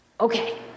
Okay